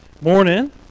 Morning